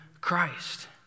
Christ